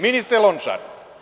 Ministre Lončar.